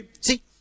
See